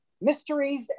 Mysteries